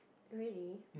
really